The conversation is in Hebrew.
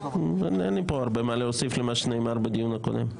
אני לי פה הרבה מה להוסיף מעבר למה שנאמר בדיון הקודם.